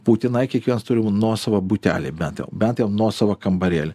būtinai kiekvienas turi nuosavą butelį bent jau bent jau nuosavą kambarėlį